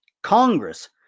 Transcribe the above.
Congress